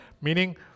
meaning